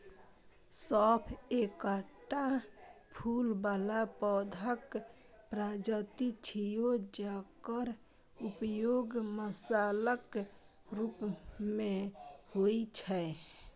सौंफ एकटा फूल बला पौधाक प्रजाति छियै, जकर उपयोग मसालाक रूप मे होइ छै